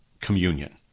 communion